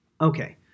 Okay